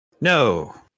No